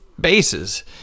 bases